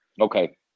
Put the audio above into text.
Okay